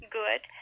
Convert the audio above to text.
good